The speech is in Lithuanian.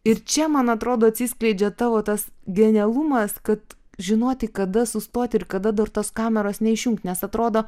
ir čia man atrodo atsiskleidžia tavo tas genialumas kad žinoti kada sustoti ir kada dar tos kameros neišjungti nes atrodo